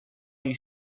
gli